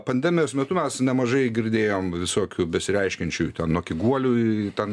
pandemijos metu mes nemažai girdėjom visokių besireiškiančiųjų ten nuo kiguolių ten